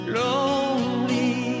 lonely